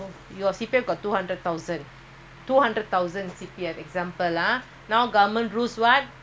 you must keep in the C_P_F the entire money go to your retirement account hundred seventy